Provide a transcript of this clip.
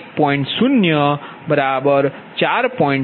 0 4